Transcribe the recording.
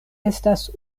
estas